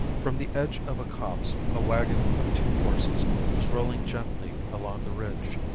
from the edge of a copse a waggon with two horses was rolling gently along the ridge.